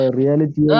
reality